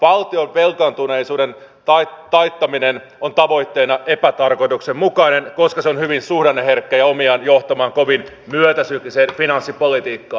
valtion velkaantuneisuuden taittaminen on tavoitteena epätarkoituksenmukainen koska se on hyvin suhdanneherkkä ja omiaan johtamaan kovin myötäsykliseen finanssipolitiikkaan